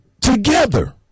together